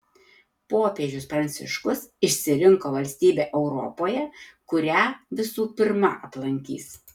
popiežius pranciškus išsirinko valstybę europoje kurią visų pirma aplankys